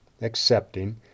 accepting